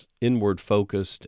inward-focused